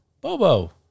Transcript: Bobo